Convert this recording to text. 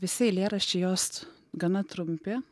visi eilėraščiai jos gana trumpi